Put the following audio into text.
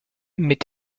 mit